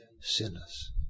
sinners